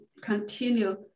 continue